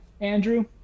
andrew